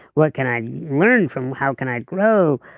what can i learn from how can i grow,